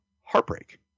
heartbreak